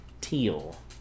teal